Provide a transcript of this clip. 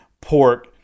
pork